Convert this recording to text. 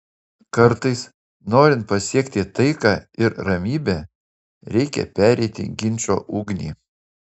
kartais norint pasiekti taiką ir ramybę reikia pereiti ginčo ugnį